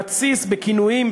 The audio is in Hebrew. מתסיס בכינויים,